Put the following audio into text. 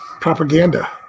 Propaganda